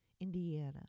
Indiana